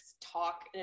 talk